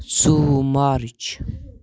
ژۄوُہ مارٕچ